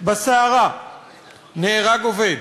בסערה נהרג עובד.